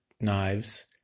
knives